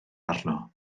arno